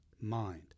mind